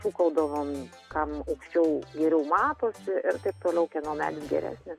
šūkaudavom kam aukščiau geriau matosi ir taip toliau kieno medis geresnis